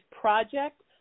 project